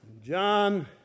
John